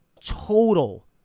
total –